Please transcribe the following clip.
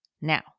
Now